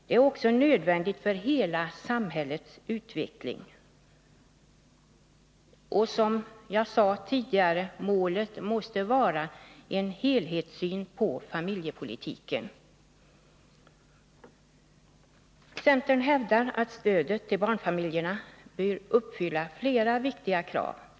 Den är också nödvändig för hela samhällets utveckling. Som jag sade tidigare måste målet vara en helhetssyn på familjepolitiken. Centern hävdar att stödet till barnfamiljerna bör uppfylla flera viktiga krav.